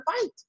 fight